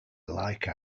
like